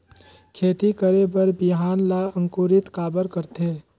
खेती करे बर बिहान ला अंकुरित काबर करथे?